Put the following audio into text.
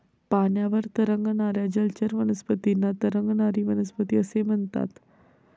पाण्यावर तरंगणाऱ्या जलचर वनस्पतींना तरंगणारी वनस्पती असे म्हणतात